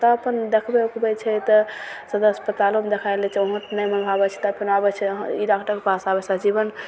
तब अपन देखबय उखबय छै तऽ सदर अस्पतालोमे देखा लै छै ओमहर तऽ नहि मोन भावय छै तब फेन आबय छै इहाँ इराहटाके पास आबय छै सहजीवन